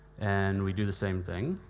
and we do the same thing.